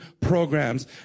programs